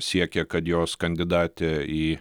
siekė kad jos kandidatė į